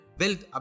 wealth